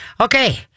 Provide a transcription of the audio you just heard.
okay